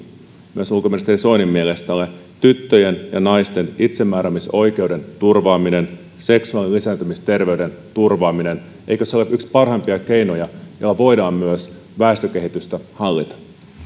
myös ulkoministeri soinin mielestä ole tyttöjen ja naisten itsemääräämisoikeuden turvaaminen seksuaali ja lisääntymisterveyden turvaaminen eikö se ole yksi parhaimpia keinoja jolla voidaan myös väestökehitystä hallita